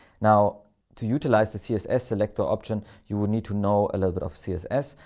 now to utilize the css selector option, you will need to know a little bit of css.